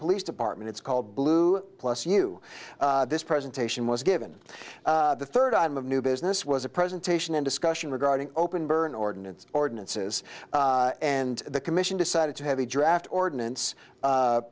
police department it's called blue plus you this presentation was given the third item of new business was a presentation in discussion regarding open burn ordinance ordinances and the commission decided to have a draft ordinance